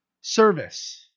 Service